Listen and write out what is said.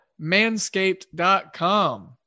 manscaped.com